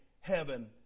heaven